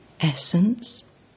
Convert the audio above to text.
Essence